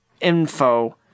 info